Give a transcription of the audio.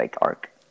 arc